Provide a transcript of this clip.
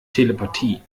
telepathie